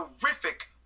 terrific